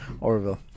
Orville